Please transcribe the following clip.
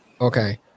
Okay